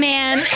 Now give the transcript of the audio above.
Man